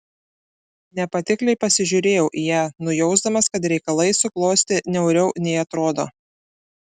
nepatikliai pasižiūrėjau į ją nujausdamas kad reikalai suklostė niauriau nei atrodo